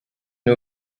une